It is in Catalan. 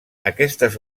aquestes